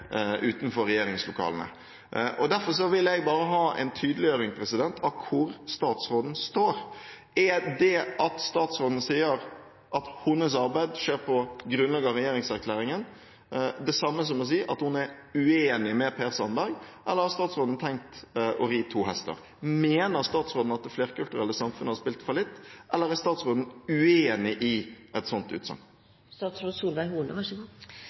utenfor regjeringslokalene! Derfor vil jeg bare ha en tydeliggjøring av hvor statsråden står. Er det at statsråden sier at hennes arbeid skjer på grunnlag av regjeringserklæringen, det samme som å si at hun er uenig med Per Sandberg, eller har statsråden tenkt å ri to hester? Mener statsråden at det flerkulturelle samfunnet har spilt fallitt, eller er statsråden uenig i et sånt